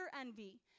envy